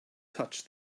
touched